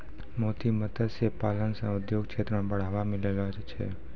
मोती मत्स्य पालन से उद्योग क्षेत्र मे बढ़ावा मिललो छै